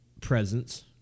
presence